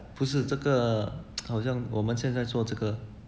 不是这个 好像我们现在做这个